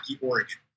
Oregon